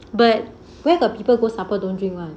but where got people go supper don't drink [one]